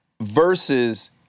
versus